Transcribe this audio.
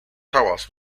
towers